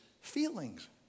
feelings